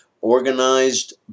organized